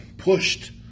pushed